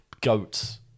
goats